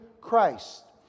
Christ